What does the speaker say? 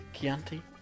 Chianti